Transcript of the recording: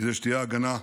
כדי שתהיה הגנה ביישובים,